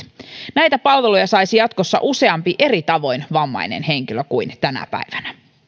näitä palveluja saisi jatkossa useampi eri tavoin vammainen henkilö kuin tänä päivänä